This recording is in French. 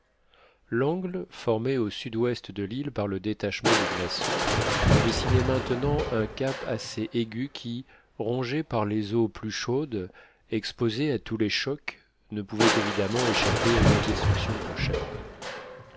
l'angle formé au sud-ouest de l'île par le détachement du glaçon dessinait maintenant un cap assez aigu qui rongé par les eaux plus chaudes exposé à tous les chocs ne pouvait évidemment échapper à une destruction prochaine